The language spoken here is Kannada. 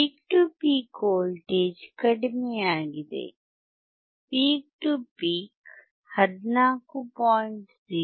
ಪೀಕ್ ಟು ಪೀಕ್ ವೋಲ್ಟೇಜ್ ಕಡಿಮೆಯಾಗಿದೆ ಪೀಕ್ ಟು ಪೀಕ್ 14